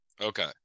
Okay